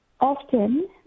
Often